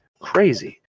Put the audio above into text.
crazy